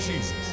Jesus